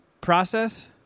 process